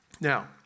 Now